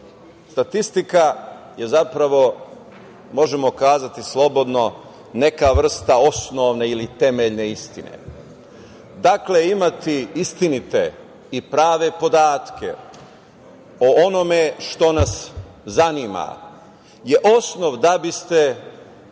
Statistika je zapravo, možemo slobodno kazati neka vrsta osnovne ili temeljne istine. Dakle, imati istinite i prave podatke o onome što nas zanima je osnov da biste izvodili